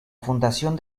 fundación